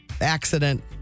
accident